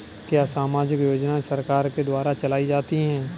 क्या सामाजिक योजनाएँ सरकार के द्वारा चलाई जाती हैं?